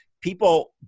people